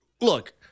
Look